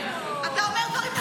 אתה אומר דברים נכונים.